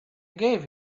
gave